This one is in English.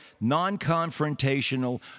non-confrontational